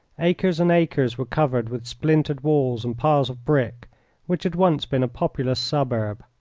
acres and acres were covered with splintered walls and piles of brick which had once been a populous suburb.